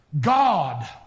God